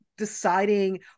deciding